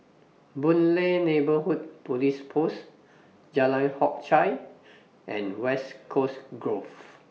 Boon Lay Neighbourhood Police Post Jalan Hock Chye and West Coast Grove